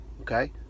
okay